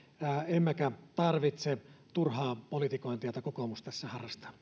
emmekä tarvitse turhaa politikointia jota kokoomus tässä harrastaa